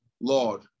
Lord